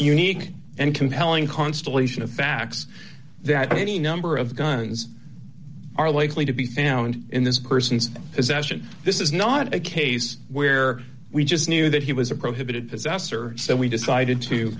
unique and compelling constellation of facts that any number of guns are likely to be found in this person's is action this is not a case where we just knew that he was a prohibited possessor so we decided